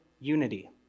unity